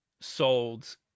sold